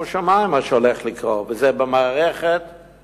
חבר הכנסת